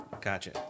Gotcha